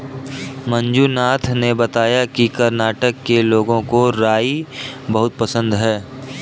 मंजुनाथ ने बताया कि कर्नाटक के लोगों को राई बहुत पसंद है